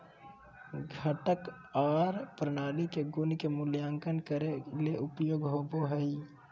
घटक आर प्रणाली के गुण के मूल्यांकन करे ले उपयोग होवई हई